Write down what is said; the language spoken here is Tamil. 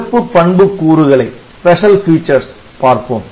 சிறப்பு பண்புக் கூறுகளை பார்ப்போம்